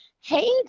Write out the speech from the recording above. Hey